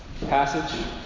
passage